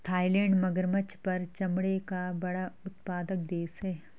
Thailand मगरमच्छ पर चमड़े का बड़ा उत्पादक देश है